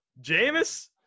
Jameis